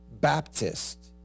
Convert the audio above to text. Baptist